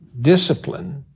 discipline